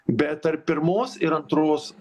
bet tarp pirmos ir antros